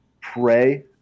pray